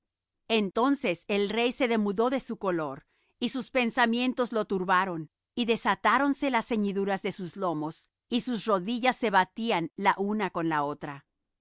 entonces el rey se demudó de su color y sus pensamientos lo turbaron y desatáronse las ceñiduras de sus lomos y sus rodillas se batían la una con la otra